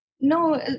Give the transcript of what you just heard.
No